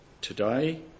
today